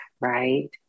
right